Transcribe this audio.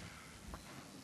לעברית: